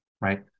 right